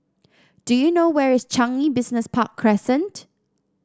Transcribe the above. do you know where is Changi Business Park Crescent